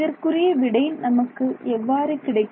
இதற்குரிய விடை நமக்கு எவ்வாறு கிடைக்கும்